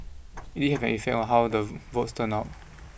it did have an effect on how the votes turned out